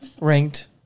ranked